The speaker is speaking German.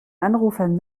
anrufern